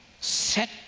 set